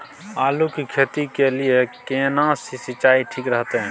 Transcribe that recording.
आलू की खेती के लिये केना सी सिंचाई ठीक रहतै?